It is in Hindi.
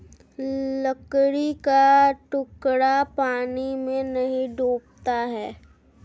लकड़ी का टुकड़ा पानी में नहीं डूबता है